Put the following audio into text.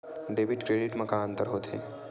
Debit credit मा का अंतर होत हे?